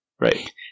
right